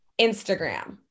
Instagram